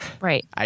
Right